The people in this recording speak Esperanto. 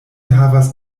havas